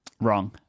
Wrong